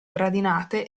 gradinate